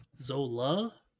Zola